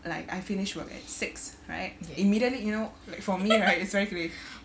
like I finish work at six right immediately you know like for me right it's very clear